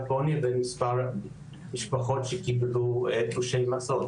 בעוני לבין מספר המשפחות שקיבלו תלושי מזון.